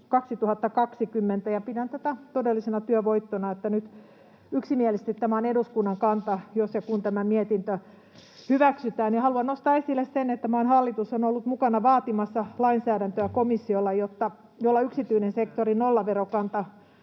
2020. Pidän tätä todellisena työvoittona, että nyt yksimielisesti tämä on eduskunnan kanta, jos ja kun tämä mietintö hyväksytään. Haluan nostaa esille sen, että maan hallitus on ollut mukana vaatimassa komissiolle lainsäädäntöä, jolla yksityisen sektorin nollaverokanta